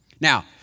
Now